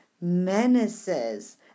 menaces